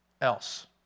else